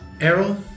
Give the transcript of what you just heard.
Errol